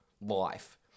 life